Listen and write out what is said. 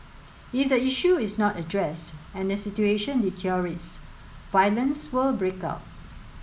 if the issue is not addressed and the situation deteriorates violence will break out